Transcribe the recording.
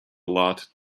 lot